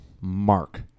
mark